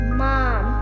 mom